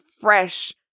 fresh